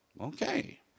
Okay